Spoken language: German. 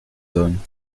sollen